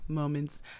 moments